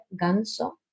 Ganso